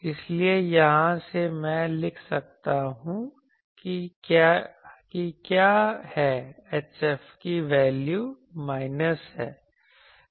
इसलिए यहां से मैं लिख सकता हूं कि क्या है HF की वेल्यू माइनस है